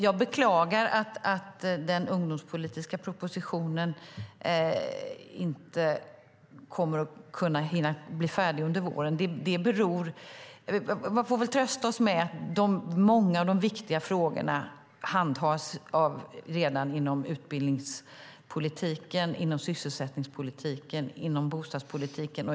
Jag beklagar att den ungdomspolitiska propositionen inte kommer att hinna bli färdig under våren. Vi får väl trösta oss med att de många och viktiga frågorna redan hanteras inom utbildningspolitiken, sysselsättningspolitiken, bostadspolitiken.